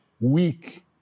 weak